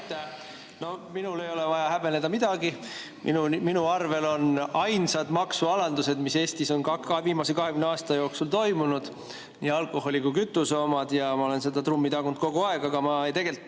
No minul ei ole vaja häbeneda midagi, minu arvel on ainsad maksualandused, mis Eestis on viimase 20 aasta jooksul toimunud, nii alkoholi kui ka kütuse omad. Ja ma olen seda trummi tagunud kogu aeg. Aga ma tegelikult